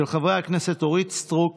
מס' 309 ו-310, של חברי הכנסת אורית סטרוק